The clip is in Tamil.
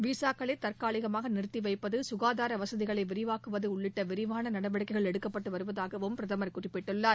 விசாக்களை தற்காலிகமாக நிறுத்திவைப்பது சுகாதார வசதிகளை விரிவாக்குவது உள்ளிட்ட விரிவான நடவடிக்கைகள் எடுக்கப்பட்டு வருவதாகவும் பிரதமர் குறிப்பிட்டுள்ளார்